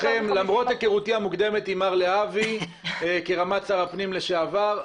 למרות היכרותי המוקדמת עם מר להבי כרמ"ט לשעבר של שר הפנים,